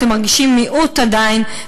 אתם מרגישים מיעוט עדיין,